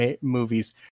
movies